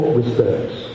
respects